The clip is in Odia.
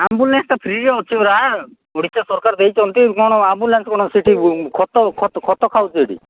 ଆମ୍ୱୁଲାନ୍ସଟା ଫ୍ରିରେ ଅଛି ପରା ଓଡ଼ିଶା ସରକାର ଦେଇଛନ୍ତି କ'ଣ ଆମ୍ୱୁଲାନ୍ସ କ'ଣ ସେଠି ଖତ ଖତ ଖାଉଛି ସେଠି